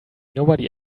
nobody